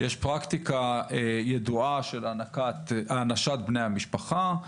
יש פרקטיקה ידועה של הענשת בני המשפחה.